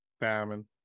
Famine